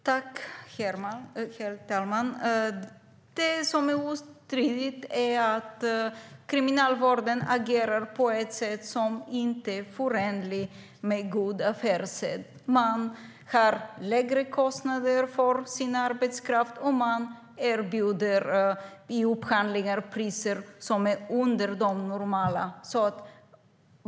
Herr talman! Det som är obestridligt är att Kriminalvården agerar på ett sätt som inte är förenligt med god affärssed. Man har lägre kostnader för sin arbetskraft, och i upphandlingar erbjuder man priser som ligger under de normala.